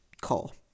call